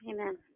Amen